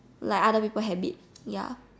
like other people habit ya